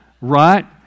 right